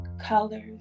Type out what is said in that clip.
colors